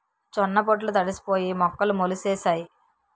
జొన్న పొట్లు తడిసిపోయి మొక్కలు మొలిసేసాయి